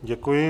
Děkuji.